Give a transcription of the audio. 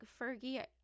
Fergie